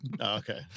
Okay